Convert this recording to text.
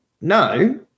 no